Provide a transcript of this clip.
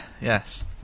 Yes